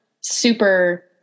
super